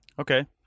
Okay